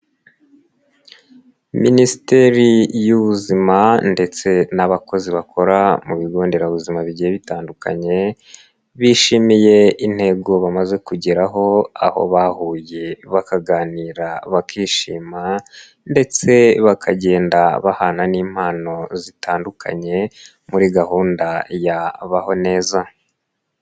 Minisiteri y'ubuzima ndetse n'abakozi bakora mu bigo nderabuzima bigiye bitandukanye bishimiye intego bamaze kugeraho aho bahuye, bakaganira, bakishima ndetse bakagenda bahana n'impano zitandukanye muri gahunda ya baho neza.